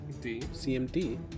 cmd